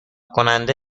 کننده